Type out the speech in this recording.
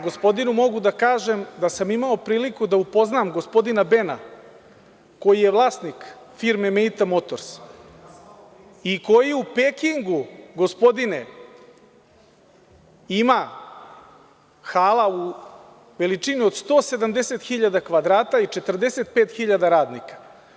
Gospodinu mogu da kažem da sam imao priliku da upoznam gospodina Bena koji je vlasnik firme „Mita motors“ i koji u Pekingu, gospodine, ima halu veličine od 170 hiljada kvadrata i 45 hiljada radnika.